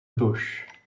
bush